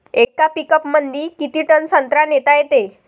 येका पिकअपमंदी किती टन संत्रा नेता येते?